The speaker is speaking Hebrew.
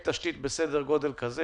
בסדר גודל כזה